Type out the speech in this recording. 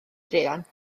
druan